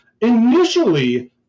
initially